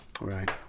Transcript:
Right